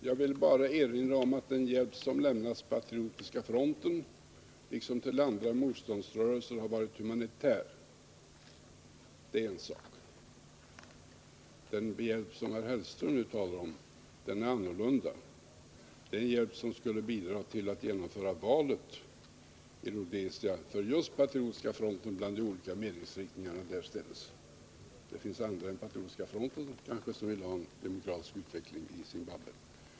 Fru talman! Jag vill bara erinra om att den hjälp som lämnats Patriotiska fronten liksom andra motståndsrörelser har varit humanitär. Det är en sak. Den hjälp som herr Hellström nu talar om är annorlunda. Det är en hjälp som skulle bidra till att genomföra valet i Rhodesia för just Patriotiska fronten bland de olika meningsriktningarna därstädes. Det finns kanske andra än Patriotiska fronten som vill ha en demokratisk utveckling i Zimbabwe.